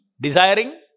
desiring